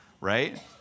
right